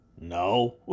no